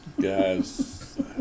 guys